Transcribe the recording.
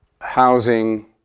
housing